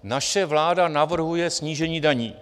Naše vláda navrhuje snížení daní.